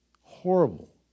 Horrible